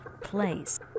place